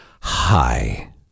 Hi